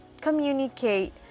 communicate